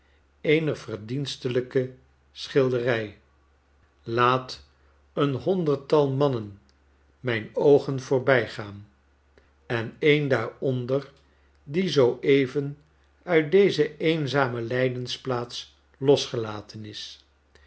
eener verdienstelyke schilderij laat een honderdtal mannen mijn oogen voorbijgaan en en daaronder die zoo even uit deze eenzame lijdensplaats losgelaten is